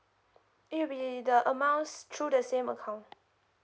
it will be the amounts through the same account